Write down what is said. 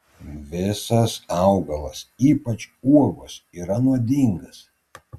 visas augalas ypač uogos yra nuodingas